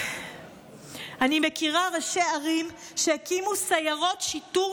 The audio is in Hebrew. אני מכירה ראשי ערים שהקימו סיירות שיטור